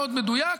מאוד מדויק.